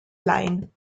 line